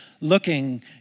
looking